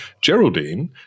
Geraldine